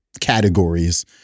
categories